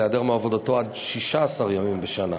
להיעדר מעבודתו עד 16 ימים בשנה.